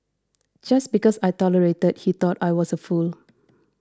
just because I tolerated he thought I was a fool